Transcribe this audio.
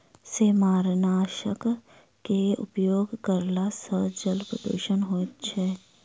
सेमारनाशकक उपयोग करला सॅ जल प्रदूषण होइत छै